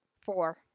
four